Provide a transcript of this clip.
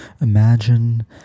Imagine